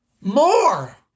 more